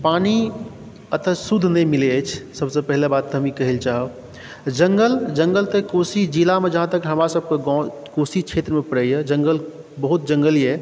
पानी एतऽ शुद्ध नहि मिलै अछि सबसँ पहिला बात तऽ हम ई कहैलए चाहब जङ्गल जङ्गल तँ कोशी जिलामे जहाँ तक हमरा सबके गाँव कोशी क्षेत्रमे पड़ैए जङ्गल बहुत जङ्गल अइ